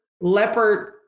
leopard